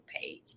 page